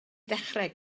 ddechrau